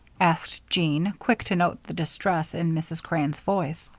asked jean, quick to note the distress in mrs. crane's voice.